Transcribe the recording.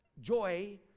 joy